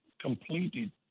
completed